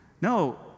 No